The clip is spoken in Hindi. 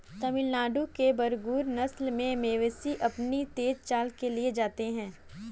तमिलनाडु के बरगुर नस्ल के मवेशी अपनी तेज चाल के लिए जाने जाते हैं